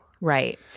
Right